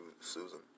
Susan